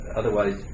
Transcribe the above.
otherwise